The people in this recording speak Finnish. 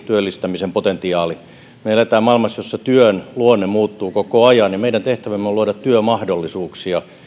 työllistämisen potentiaalin me elämme maailmassa jossa työn luonne muuttuu koko ajan ja meidän tehtävämme on luoda työmahdollisuuksia